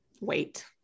wait